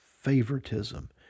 favoritism